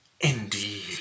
indeed